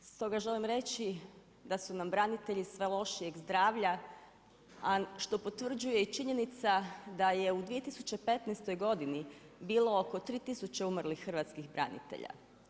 Stoga, želim reći da su nam branitelji sve lošijeg zdravlja, što potvrđuje i činjenica da je u 2015. godini bilo oko 3000 umrlih hrvatskih branitelja.